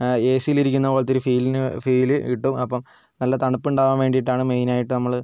A സിയിലിരിക്കുന്ന പോലത്തെ ഒരു ഫീൽ ഫീൽ കിട്ടും അപ്പോൾ നല്ല തണുപ്പുണ്ടാവാൻ വേണ്ടിയിട്ടാണ് മെയിൻ ആയിട്ട് നമ്മൾ